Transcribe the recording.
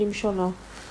விஷமா:visama